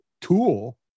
tool